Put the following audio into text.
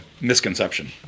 misconception